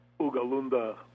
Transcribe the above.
Ugalunda